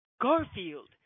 Garfield